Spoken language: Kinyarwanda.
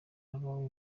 abawe